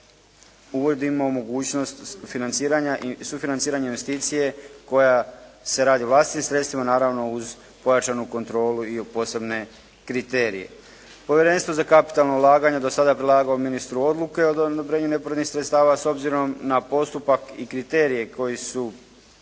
uvodimo mogućnost sufinanciranja investicije koja se radi vlastitim sredstvima, naravno uz pojačanu kontrolu i uz posebne kriterije. Povjerenstvo za kapitalna ulaganja do sada je predlagao ministru odluke o odobrenju nebrojenih sredstava s obzirom na postupak i kriterije koji su